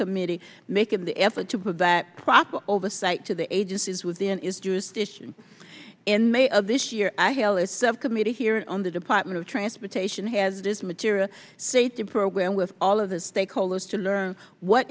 committee making the effort to put that proper oversight to the agencies within its jurisdiction in may of this year i feel it subcommittee hearing on the department of transportation has this material safety program with all of the stakeholders to learn what